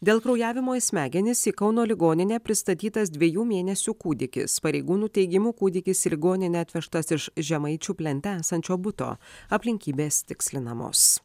dėl kraujavimo į smegenis į kauno ligoninę pristatytas dviejų mėnesių kūdikis pareigūnų teigimu kūdikis į ligoninę atvežtas iš žemaičių plente esančio buto aplinkybės tikslinamos